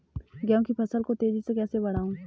गेहूँ की फसल को तेजी से कैसे बढ़ाऊँ?